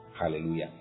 Hallelujah